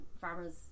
farmers